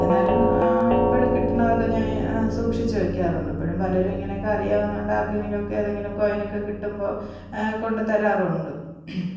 എന്നാലും ഇപ്പോഴും കിട്ടുന്നതൊക്കെ ഞാന് സൂക്ഷിച്ച് വയ്ക്കാറുണ്ട് ഇപ്പോഴും പലരും ഇങ്ങനെയൊക്കെ അറിയാവുന്നതു കൊണ്ട് ആര്ക്കെങ്കിലുമൊക്കെ ഏതെങ്കിലും കോയിനൊക്കെ കിട്ടുമ്പോൾ കൊണ്ടു തരാറുണ്ട്